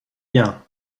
bien